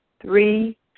Three